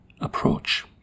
approach